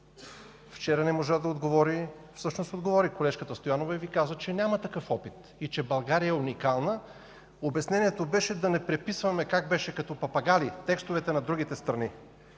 Вчера не можа да отговори, всъщност колежката Стоянова отговори и Ви каза, че няма такъв опит и България е уникална. Обяснението беше да не преписваме като папагали текстовете на другите страни.